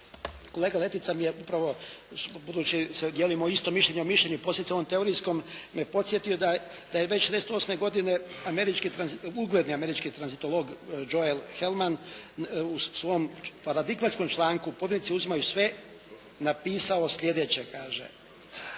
kolega Letica mi je upravo, budući dijelimo isto mišljenje, …/Govornik se ne razumije./… teorijskom me podsjetio da je već '98. godine ugledni američki tranzitolog Joel Helman u svom paradigmatskom članku pobjednici uzimaju sve napisao sljedeće, kaže,